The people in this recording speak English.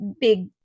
big